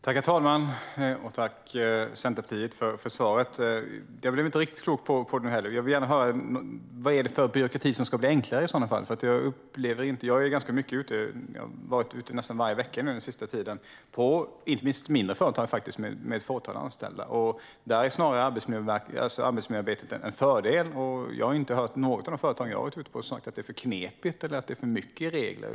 Herr talman! Jag tackar Centerpartiet för svaret, men jag blev inte riktigt klok på det. Jag vill gärna höra vad det är för byråkrati som ska bli enklare. På sista tiden har jag nästan varje vecka varit ute på företag, inte minst på mindre företag med ett fåtal anställda. Här är arbetsmiljöarbetet snarare en fördel, och inget av de företag jag har varit på har sagt att det är för knepigt eller för mycket regler.